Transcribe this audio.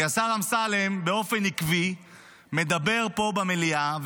כי השר אמסלם באופן עקבי מדבר פה במליאה,